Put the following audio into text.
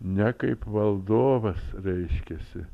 ne kaip valdovas reiškiasi